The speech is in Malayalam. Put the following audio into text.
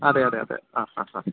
അതെയതെയതെ അ ഹ ഹ